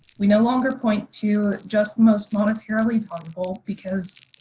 we no longer point to just the most monetarily valuable because,